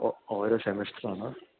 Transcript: ഓ ഓരോ സെമെസ്റ്ററാണ്